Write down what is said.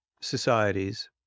societies